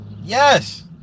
yes